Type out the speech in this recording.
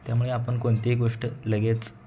त्यामुळे आपण कोणतीही गोष्ट लगेच